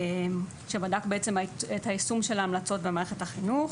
שבדק בעצם את היישום של ההמלצות במערכת החינוך.